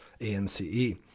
A-N-C-E